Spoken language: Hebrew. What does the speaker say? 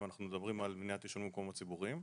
אם אנחנו מדברים על מניעת עישון במקומות ציבוריים.